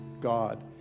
God